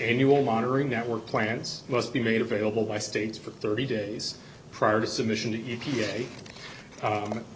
annual monitoring that work plans must be made available by states for thirty days prior to submission to e p a